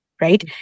right